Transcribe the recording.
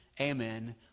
Amen